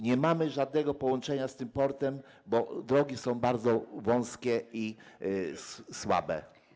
Nie mamy żadnego połączenia z tym portem, bo drogi są bardzo wąskie i słabe.